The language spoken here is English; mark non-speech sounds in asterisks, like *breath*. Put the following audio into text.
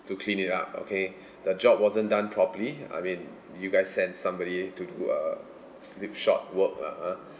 to clean it up okay *breath* the job wasn't done properly I mean you guys send somebody to do slipshod work lah ha